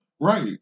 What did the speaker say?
Right